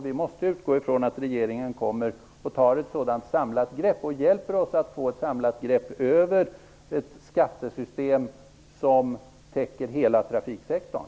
Vi måste utgå från att regeringen tar ett sådant samlat grepp, att regeringen hjälper oss att få ett samlat grepp, över ett skattesystem som täcker hela trafiksektorn.